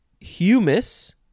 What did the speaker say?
humus